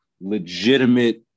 legitimate